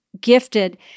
gifted